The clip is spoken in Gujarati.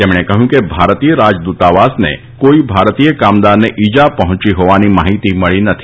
તેમણે કહ્યું કે ભારતીય રાજદ્દતાવાસને કોઇ ભારતીય કામદારને ઇજા પહોંચી હોવાની માહિતી મળી નથી